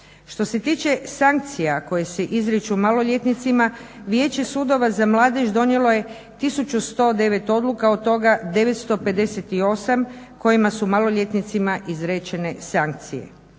Što se tiče sankcija koje se izriču maloljetnicima Vijeće sudova za mladež donijelo je 1 109 odluka, od toga 958 kojima su maloljetnicima izrečene sankcije.